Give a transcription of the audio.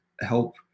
help